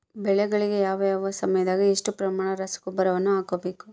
ಬೆಳೆಗಳಿಗೆ ಯಾವ ಯಾವ ಸಮಯದಾಗ ಎಷ್ಟು ಪ್ರಮಾಣದ ರಸಗೊಬ್ಬರವನ್ನು ಹಾಕಬೇಕು?